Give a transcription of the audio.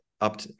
up